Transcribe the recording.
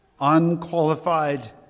unqualified